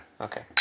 Okay